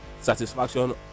satisfaction